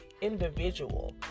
individual